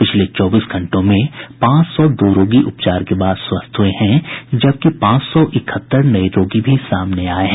पिछले चौबीस घंटों में पांच सौ दो रोगी उपचार के बाद स्वस्थ हुए हैं जबकि पांच सौ इकहत्तर नये रोगी भी सामने आये हैं